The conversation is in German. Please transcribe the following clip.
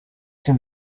den